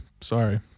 Sorry